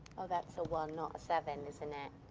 that's a one, not seven, isn't it?